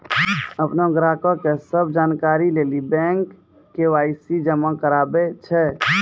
अपनो ग्राहको के सभ जानकारी लेली बैंक के.वाई.सी जमा कराबै छै